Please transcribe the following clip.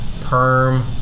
perm